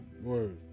Word